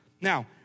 Now